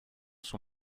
son